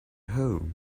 home